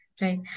Right